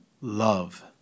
love